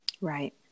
Right